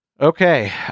Okay